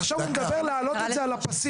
עכשיו הוא מדבר על לעלות את זה על הפסים.